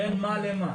בין מה למה?